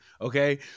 Okay